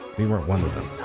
we weren't one of them.